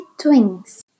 twins